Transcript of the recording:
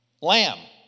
Lamb